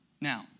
Now